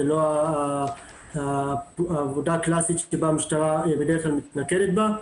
זו לא העבודה הקלאסית שהמשטרה בדרך כלל מתמקדת בה.